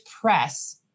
press